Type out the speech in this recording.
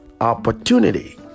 Opportunity